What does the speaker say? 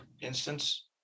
instance